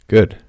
Good